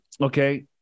okay